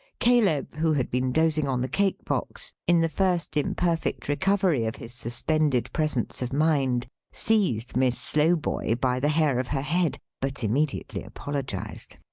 caleb, who had been dozing on the cake-box, in the first imperfect recovery of his suspended presence of mind seized miss slowboy by the hair of her head but immediately apologised.